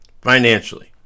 financially